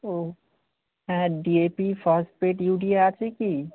ও হ্যাঁ D A P phosphate urea আছে কি